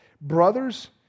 brothers